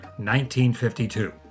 1952